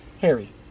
Harry